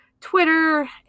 Twitter